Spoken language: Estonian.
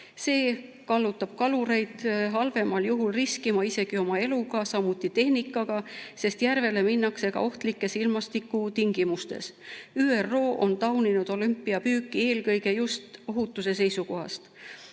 See kallutab kalureid halvemal juhul riskima oma eluga, samuti tehnikaga, sest järvele minnakse ka ohtlikes ilmastikutingimustes. ÜRO on tauninud olümpiapüüki eelkõige ohutuse seisukohalt.